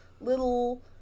little